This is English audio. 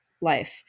life